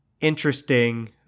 interesting